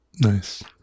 Nice